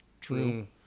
true